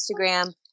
Instagram